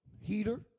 heater